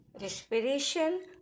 respiration